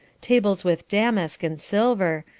tables with damask and silver,